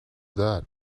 that